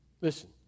Listen